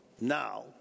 Now